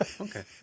Okay